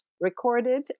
recorded